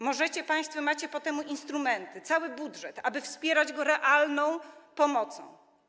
Możecie państwo - macie ku temu instrumenty, cały budżet - wspierać go realną pomocą.